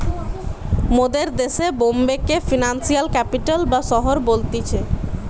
মোদের দেশে বোম্বে কে ফিনান্সিয়াল ক্যাপিটাল বা শহর বলতিছে